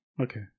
okay